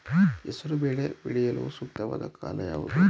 ಹೆಸರು ಬೇಳೆ ಬೆಳೆಯಲು ಸೂಕ್ತವಾದ ಕಾಲ ಯಾವುದು?